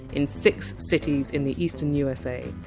in six cities in the eastern usa.